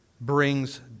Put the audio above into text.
brings